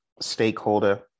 stakeholder